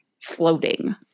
floating